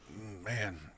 Man